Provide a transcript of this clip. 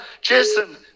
Jason